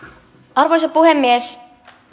arvoisa puhemies